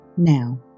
Now